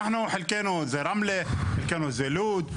חלקנו זה רמלה, חלקנו זה לוד.